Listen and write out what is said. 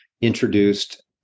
introduced